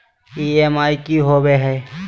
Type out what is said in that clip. EMI की होवे है?